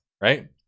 right